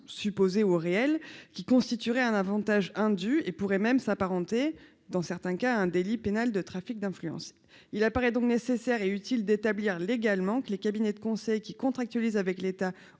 supposée ou réelle, qui constituerait un Avantage indu et pourrait même s'apparenter, dans certains cas un délit pénal de trafic d'influence, il apparaît donc nécessaire et utile d'établir légalement que les cabinets de conseil qui contractualiser que l'État